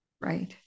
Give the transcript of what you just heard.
Right